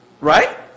right